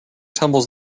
tumbles